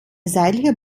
seitliche